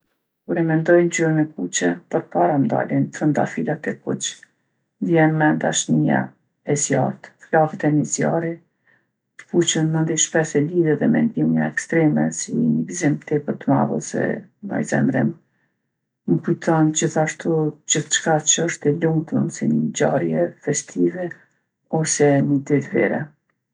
Kur e mendoj ngjyrën e kuqe, përpara m'dalin trëndafilat e kuq, m'bjen mend dashnia e zjarrtë, flakët e një zjarri. T'kuqen mandej shpesh e lidhi edhe me ndjenja ekstreme, si ni gzim tepër' t'madh ose naj zemrim. M'kujton gjithashtu gjithçka që është e lumtun, ngjarje festive ose ni ditë vere.